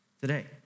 today